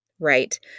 Right